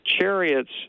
chariots